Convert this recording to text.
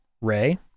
ray